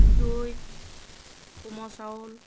দৈ কোমল চাউল